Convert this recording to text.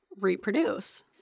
reproduce